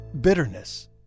bitterness